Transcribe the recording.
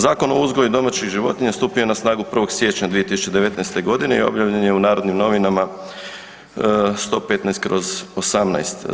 Zakon o uzgoju domaćih životinja stupio je na snagu 1. siječnja 2019.g. i objavljen je u Narodnim novinama 115/18.